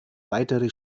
weitere